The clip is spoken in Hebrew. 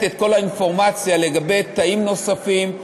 את כל האינפורמציה לגבי תאים נוספים,